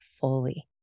fully